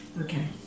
Okay